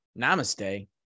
namaste